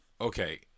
Okay